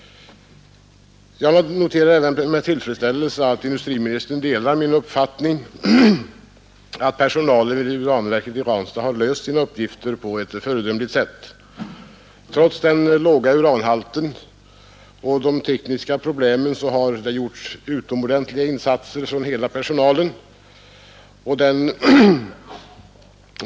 Jag noterar även med tillfredsställelse att industriministern delar min uppfattning att personalen vid uranverket i Ranstad löst sina uppgifter på ett föredömligt sätt. Trots den låga uranhalten och de tekniska problemen har det gjorts utomordentliga insatser från hela personalen.